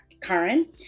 Karen